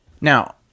Now